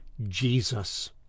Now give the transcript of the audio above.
Jesus